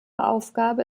aufgabe